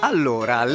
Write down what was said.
Allora